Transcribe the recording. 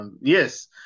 Yes